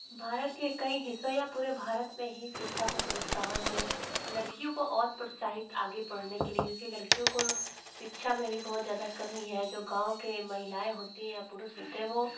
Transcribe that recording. भारत के कई हिस्सों या पूरे भारत में ही शिक्षा को प्रोत्साहन में लड़कियों को और प्रोत्साहित आगे बढ़ने के लिए क्योंकि लड़कियों को शिक्षा में भी बहुत ज़्यादा कमी है जो गाँव के महिलाएँ होती है या पुरुष होते हैं वो